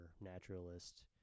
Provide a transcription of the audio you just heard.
naturalist